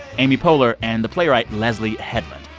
amy poehler and the playwright leslye headland.